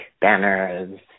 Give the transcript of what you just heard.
banners